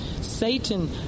Satan